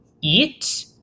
eat